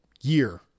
year